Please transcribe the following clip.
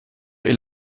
est